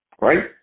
right